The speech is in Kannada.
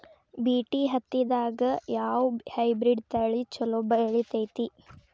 ಬಿ.ಟಿ ಹತ್ತಿದಾಗ ಯಾವ ಹೈಬ್ರಿಡ್ ತಳಿ ಛಲೋ ಬೆಳಿತೈತಿ?